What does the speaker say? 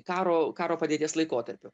karo karo padėties laikotarpiu